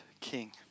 king